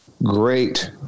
great